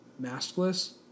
maskless